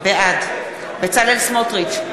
בעד בצלאל סמוטריץ,